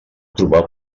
trobar